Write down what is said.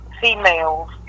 females